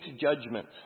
Judgment